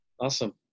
Awesome